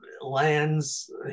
lands